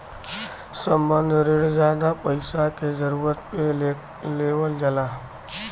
संबंद्ध रिण जादा पइसा के जरूरत पे लेवल जाला